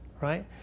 right